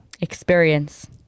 experience